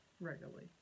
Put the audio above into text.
regularly